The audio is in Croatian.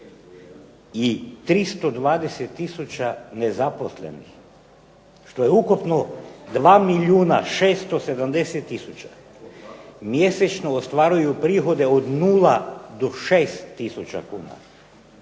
i 320 tisuća nezaposlenih, što je ukupno 2 milijuna 670 tisuća, mjesečno ostvaruju prihode od 0 do 6000 kuna,